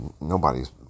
nobody's